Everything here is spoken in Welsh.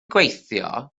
gweithio